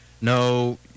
no